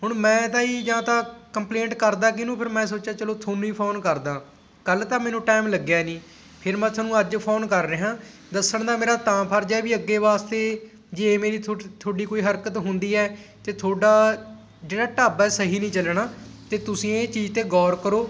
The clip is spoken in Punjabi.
ਹੁਣ ਮੈਂ ਤਾਂ ਹੀ ਜਾਂ ਤਾਂ ਕੰਪਲੇਂਟ ਕਰਦਾ ਕਿਹਨੂੰ ਫਿਰ ਮੈਂ ਸੋਚਿਆ ਚਲੋ ਤੁਹਾਨੂੰ ਹੀ ਫੋਨ ਕਰਦਾਂ ਕੱਲ੍ਹ ਤਾਂ ਮੈਨੂੰ ਟਾਈਮ ਲੱਗਿਆ ਨਹੀਂ ਫਿਰ ਮੈਂ ਤੁਹਾਨੂੰ ਅੱਜ ਫੋਨ ਕਰ ਰਿਹਾਂ ਦੱਸਣ ਦਾ ਮੇਰਾ ਤਾਂ ਫਰਜ਼ ਹੈ ਵੀ ਅੱਗੇ ਵਾਸਤੇ ਜੇ ਮੇਰੀ ਥੋਡ ਤੁਹਾਡੀ ਕੋਈ ਹਰਕਤ ਹੁੰਦੀ ਹੈ ਅਤੇ ਤੁਹਾਡਾ ਜਿਹੜਾ ਢਾਬਾ ਸਹੀ ਨਹੀਂ ਚੱਲਣਾ ਅਤੇ ਤੁਸੀਂ ਇਹ ਚੀਜ਼ 'ਤੇ ਗੌਰ ਕਰੋ